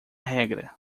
regra